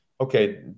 okay